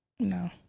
No